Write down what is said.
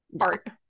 art